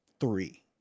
three